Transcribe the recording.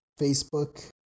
Facebook